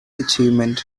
achievement